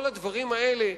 כל הדברים האלה,